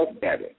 better